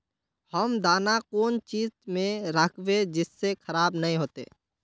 हम दाना कौन चीज में राखबे जिससे खराब नय होते?